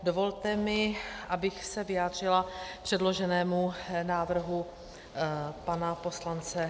Dovolte mi, abych se vyjádřila k předloženému návrhu pana poslance Munzara.